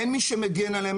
אין מי שמגן עליהם,